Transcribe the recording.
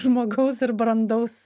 žmogaus ir brandaus